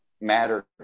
matter